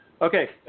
Okay